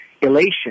elation